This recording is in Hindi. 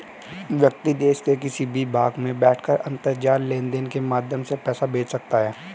व्यक्ति देश के किसी भी भाग में बैठकर अंतरजाल लेनदेन के माध्यम से पैसा भेज सकता है